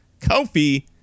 Kofi